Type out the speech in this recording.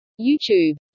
YouTube